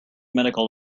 medical